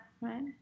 right